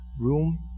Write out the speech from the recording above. room